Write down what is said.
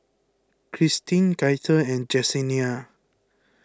Cristin Gaither and Jessenia